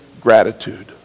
gratitude